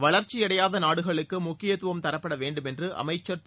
வளர்ச்சியடையாத நாடுகளுக்கு முக்கியத்துவம் தரப்பட வேண்டும் என்று அமைச்சர் திரு